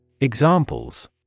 Examples